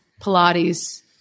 Pilates